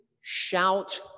shout